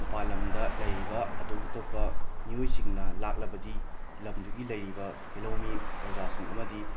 ꯃꯄꯥꯟ ꯂꯝꯗ ꯂꯩꯔꯤꯕ ꯑꯇꯣꯞ ꯑꯇꯣꯞꯄ ꯃꯤꯑꯣꯏꯁꯤꯡꯅ ꯂꯥꯛꯂꯕꯗꯤ ꯂꯝꯗꯨꯒꯤ ꯂꯩꯔꯤꯕ ꯌꯦꯜꯍꯧꯃꯤ ꯄ꯭ꯔꯖꯥꯁꯤꯡ ꯑꯃꯗꯤ